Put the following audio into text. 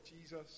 Jesus